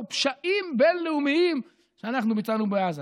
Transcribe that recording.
"פשעים בין-לאומיים" שאנחנו ביצענו בעזה.